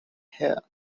hair